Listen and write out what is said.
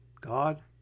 God